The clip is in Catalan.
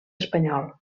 espanyol